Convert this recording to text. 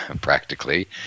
practically